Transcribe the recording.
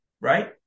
right